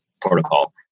protocol